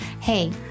Hey